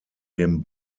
dem